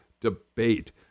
debate